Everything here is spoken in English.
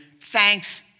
Thanks